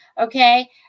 Okay